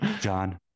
John